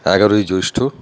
এগারোই জৈষ্ঠ্য